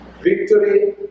victory